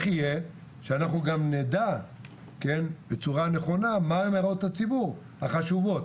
יהיה שאנחנו גם נדע בצורה נכונה מהן הערות הציבור החשובות.